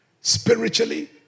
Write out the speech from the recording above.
spiritually